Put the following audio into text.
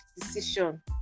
decision